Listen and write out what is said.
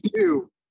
two